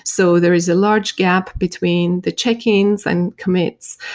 so there is a large gap between the check-ins and commits.